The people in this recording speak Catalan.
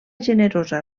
generosa